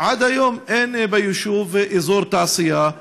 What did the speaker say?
עד היום אין ביישוב אזור תעשייה,